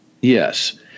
Yes